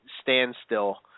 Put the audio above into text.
standstill